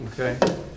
Okay